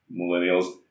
Millennials